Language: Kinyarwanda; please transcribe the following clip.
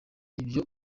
ibyo